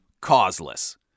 causeless